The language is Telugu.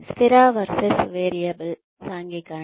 స్థిర వర్సెస్ వేరియబుల్ సాంఘికీకరణ